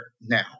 now